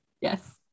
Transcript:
Yes